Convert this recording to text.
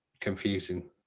confusing